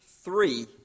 three